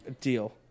Deal